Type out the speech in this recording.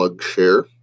share